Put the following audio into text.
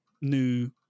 new